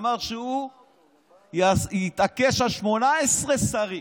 אמר שהוא יתעקש על 18 שרים.